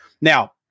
Now